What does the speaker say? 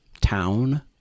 town